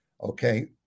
Okay